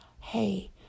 Hey